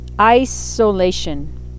Isolation